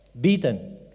beaten